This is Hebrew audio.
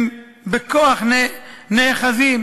הם בכוח נאחזים,